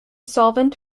solvent